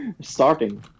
starting